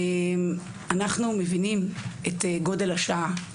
אנחנו מבינים את גודל השעה,